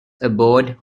aboard